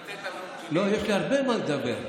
יש לי הרבה על מה לדבר.